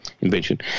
invention